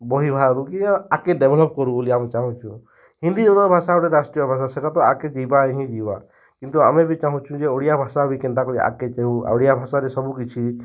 ବହି ଭାରୁ କି ଆକେ ଡେଭଲପ୍ କରୁ ବୋଲି ଆମେ ଚାହୁଁଛୁ ହିନ୍ଦୀ ଏକ ଭାଷା ଗୋଟେ ରାଷ୍ଟ୍ରୀୟ ଭାଷା ସେଇଟା ତ ଆଗକେ ଯିବାର ହିଁ ଯିବା କିନ୍ତୁ ଆମେ ବି ଚାହୁଁଛୁ ଯେ ଓଡ଼ିଆ ଭାଷା ବି କେନ୍ତା କରି ଆଗକେ ଯାଉ ଓଡ଼ିଆ ଭାଷାରେ ସବୁ କିଛି